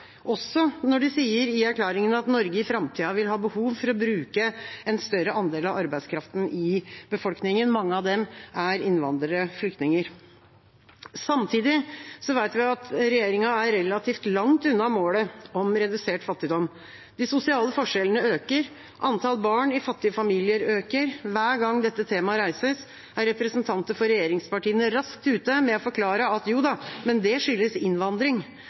også når de sier i erklæringen at Norge i framtida vil ha behov for å bruke en større andel av arbeidskraften i befolkningen. Mange av dem er innvandrere og flyktninger. Samtidig vet vi at regjeringa er relativt langt unna målet om redusert fattigdom. De sosiale forskjellene øker. Antall barn i fattige familier øker. Hver gang dette temaet reises, er representanter for regjeringspartiene raskt ute med å forklare at jo da, men det skyldes innvandring.